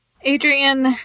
Adrian